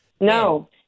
No